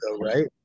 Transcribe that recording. right